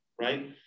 right